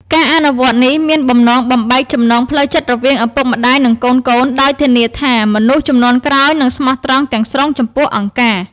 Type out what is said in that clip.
ការអនុវត្តនេះមានបំណងបំបែកចំណងផ្លូវចិត្តរវាងឪពុកម្តាយនិងកូនៗ ដោយធានាថាមនុស្សជំនាន់ក្រោយនឹងស្មោះត្រង់ទាំងស្រុងចំពោះអង្គការ។